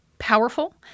Powerful